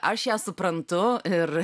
aš ją suprantu ir